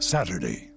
Saturday